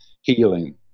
healing